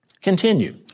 Continue